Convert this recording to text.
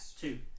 Two